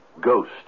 ghost